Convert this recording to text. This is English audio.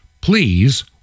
Please